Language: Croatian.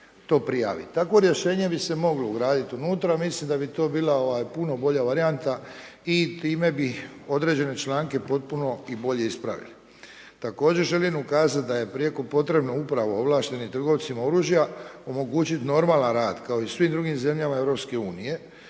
Takvo rješenje bi se moglo ugraditi unutra. Mislim da bi to bila puno bolja varijanta i time bi određene članke potpuno i bolje ispravili. Također želim ukazati da je prijeko potrebno upravo ovlaštenim trgovcima oružja omogućiti normalan rad kao i u svim drugim zemljama